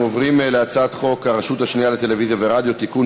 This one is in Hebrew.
אנחנו עוברים להצעת חוק הרשות השנייה לטלוויזיה ורדיו (תיקון,